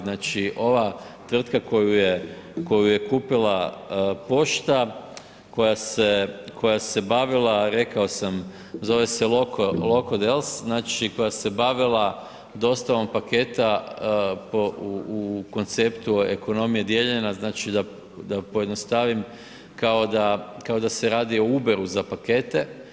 Znači, ova tvrtka koju je kupila pošta, koja se bavila reko sam zove se Locodels, znači koja se bavila dostavom paketa u konceptu ekonomije dijeljenja, znači da pojednostavim kao da se radi o Uberu za pakete.